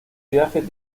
viaje